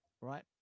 right